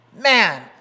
Man